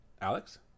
Alex